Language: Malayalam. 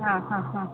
അ അ ഹ